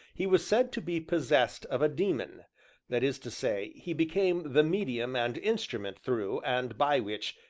he was said to be possessed of a daemon that is to say, he became the medium and instrument through, and by which,